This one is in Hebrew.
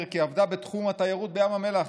כי היא עבדה בתחום התיירות בים המלח.